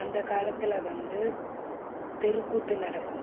அந்த காலத்தில் வந்து தெருக்கூத்து நடக்கும்